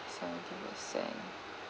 seventy percent